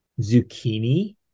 zucchini